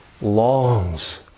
longs